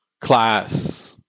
class